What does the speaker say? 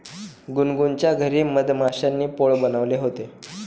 गुनगुनच्या घरी मधमाश्यांनी पोळं बनवले होते